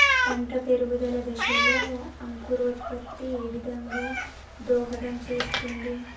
పంట పెరుగుదల దశలో అంకురోత్ఫత్తి ఏ విధంగా దోహదం చేస్తుంది?